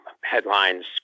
headlines